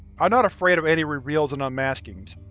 i'm not afraid of any reveals and unmaskings,